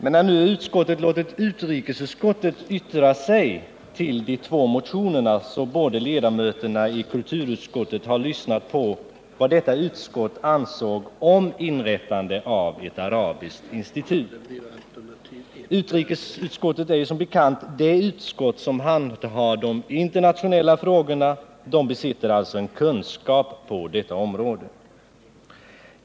Men när nu kulturutskottet låtit utrikesutskottet yttra sig om de två motionerna, borde ledamöterna i kulturutskottet ha lyssnat på vad utrikesutskottets ledamöter anser om inrättandet av ett arabiskt institut. Utrikesutskottet är som bekant det utskott som handhar de internationella frågorna och som besitter kunskaper på det här området.